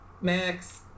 max